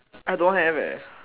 I don't have leh